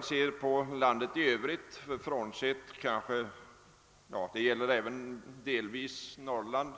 Beträffande landet i övrigt, delvis gäller det även Norrland,